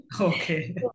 Okay